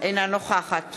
אינה נוכחת